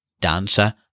Dancer